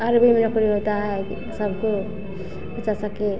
army में नौकरी होता है इ सब के बच्चा स की